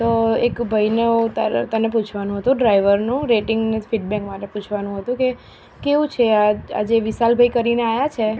તો એક ભાઈનો હું તને પૂછવાનું હતું ડ્રાઈવરનું રેટિંગનું ફીડબેક માટે પૂછવાનું હતું કે કેવું છે આ જે વિશાલભાઈ કરીને આવ્યા છે